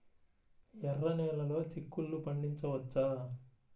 ఎర్ర నెలలో చిక్కుల్లో పండించవచ్చా?